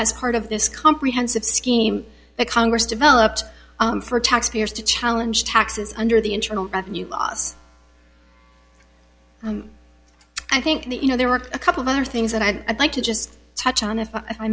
as part of this comprehensive scheme that congress developed for taxpayers to challenge taxes under the internal revenue i think that you know there are a couple of other things that i'd like to just touch on if i